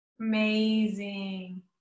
Amazing